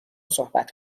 صحبت